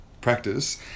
practice